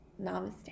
Namaste